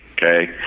okay